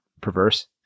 perverse